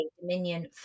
Dominion